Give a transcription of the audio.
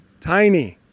tiny